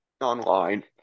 online